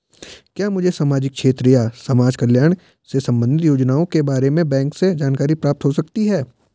क्या मुझे सामाजिक क्षेत्र या समाजकल्याण से संबंधित योजनाओं के बारे में बैंक से जानकारी प्राप्त हो सकती है?